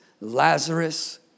Lazarus